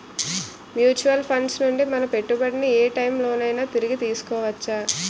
Mutual funds నుండి మన పెట్టుబడిని ఏ టైం లోనైనా తిరిగి తీసుకోవచ్చా?